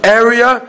area